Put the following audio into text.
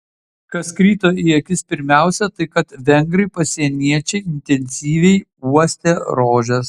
kas krito į akis pirmiausia tai kad vengrai pasieniečiai intensyviai uostė rožes